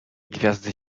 gwiazdy